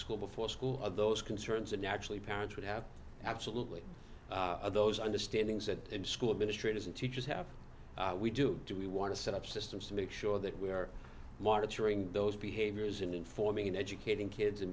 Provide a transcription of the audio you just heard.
school before school of those concerns and actually parents would have absolutely those understandings that and school administrators and teachers have we do do we want to set up systems to make sure that we are monitoring those behaviors and informing educating kids and